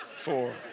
four